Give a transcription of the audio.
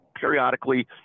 periodically